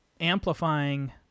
amplifying